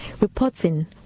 Reporting